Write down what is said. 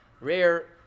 rare